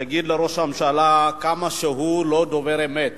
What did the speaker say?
להגיד לראש הממשלה כמה שהוא לא דובר אמת,